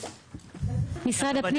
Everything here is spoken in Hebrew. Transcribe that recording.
הפנים.